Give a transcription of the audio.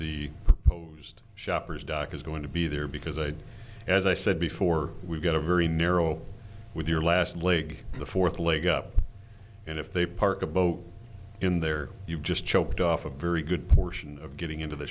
proposed shoppers dock is going to be there because i as i said before we've got a very narrow with your last leg the fourth leg up and if they park a boat in there you've just chopped off a very good portion of getting into the